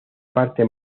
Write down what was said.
parte